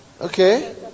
okay